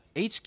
HQ